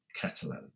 Catalan